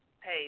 Hey